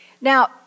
Now